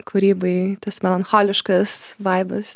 kūrybai tas melancholiškas vaibas